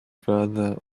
brother